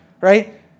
right